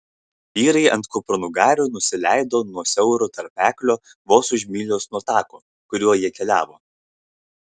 vyrai ant kupranugarių nusileido nuo siauro tarpeklio vos už mylios nuo tako kuriuo jie keliavo